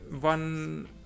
one